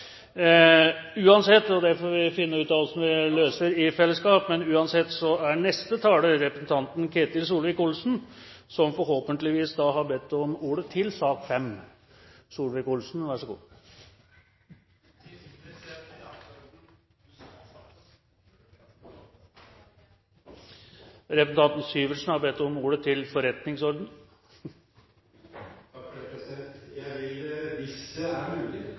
uansett er neste taler representanten Ketil Solvik-Olsen, som forhåpentligvis da har bedt om ordet til sak nr. 5. President, til dagsordenen. Representanten Hans Olav Syversen har bedt om ordet til forretningsordenen. Jeg vil, hvis det er mulig,